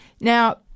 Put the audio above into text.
now